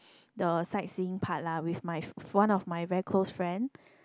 the sightseeing part lah with my one of my very close friend